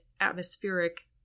atmospheric